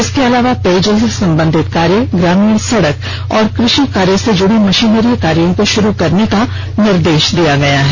इसके अलावा पेयजल से संबंधित कार्य ग्रामीण सड़क और कृषि कार्य से जुड़ी मशीनरी कार्यो को शुरू करने का निर्देश दिया गया है